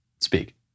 speak